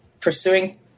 pursuing